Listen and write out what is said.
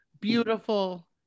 beautiful